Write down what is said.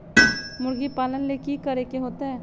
मुर्गी पालन ले कि करे के होतै?